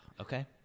Okay